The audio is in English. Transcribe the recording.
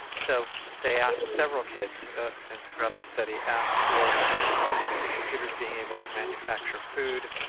so they asked several kids and throughout the study, asked for things like computers being able to manufacture food,